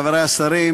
חברי השרים,